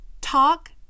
talk